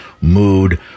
mood